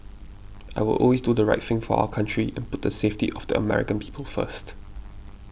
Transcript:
I will always do the right thing for our country and put the safety of the American people first